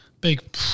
Big